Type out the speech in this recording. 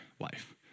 life